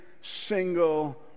single